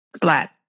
black